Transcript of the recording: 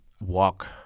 walk